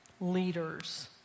leaders